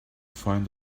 find